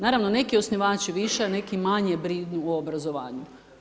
Naravno, neki osnivači više, neki manje brinu o obrazovanju.